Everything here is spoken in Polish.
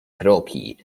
kroki